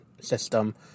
system